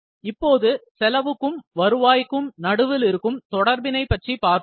இப்போது செலவுக்கும் வருவாய்க்கும் நடுவில் இருக்கும் தொடர்பினை பற்றி பார்ப்போம்